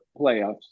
playoffs